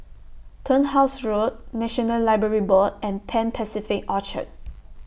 Turnhouse Road National Library Board and Pan Pacific Orchard